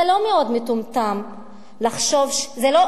זה לא מאוד מטומטם לחשוב, זה לא